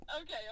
Okay